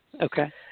okay